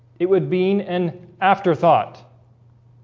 it would be an afterthought